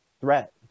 threat